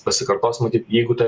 pasikartosiu matyt jeigu ta